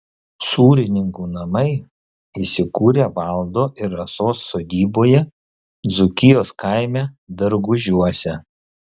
sūrininkų namai įsikūrę valdo ir rasos sodyboje dzūkijos kaime dargužiuose